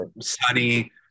sunny